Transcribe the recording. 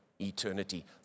eternity